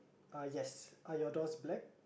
ah yes are your doors black